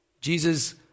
Jesus